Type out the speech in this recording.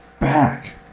back